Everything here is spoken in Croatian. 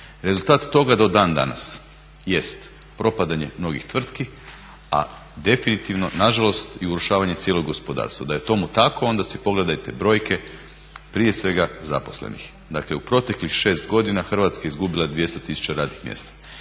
Rezultat toga do dan danas jest propadanje mnogih tvrtki, a definitivno nažalost i urušavanje cijelog gospodarstva. Da je tomu tako onda si pogledajte brojke, prije svega zaposlenih. Dakle u proteklih 6 godina Hrvatska je izgubila 200 000 radnih mjesta.